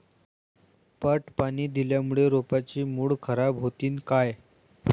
पट पाणी दिल्यामूळे रोपाची मुळ खराब होतीन काय?